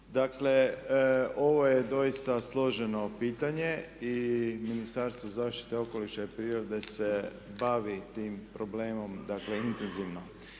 Dakle, ovo je doista složeno pitanje i Ministarstvo zaštite okoliša i prirode se bavi tim problemom, dakle intenzivno.